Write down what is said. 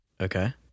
Okay